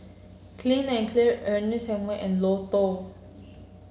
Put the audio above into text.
Clean and Clear Ernest Hemingway and Lotto